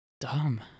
Dumb